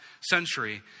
century